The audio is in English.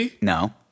No